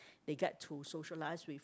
they got to socialise with